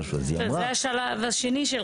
לא, זה השלב השני שלך.